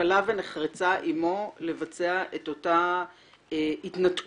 שכלה ונחרצה עימו לבצע את אותה התנתקות